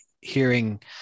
hearing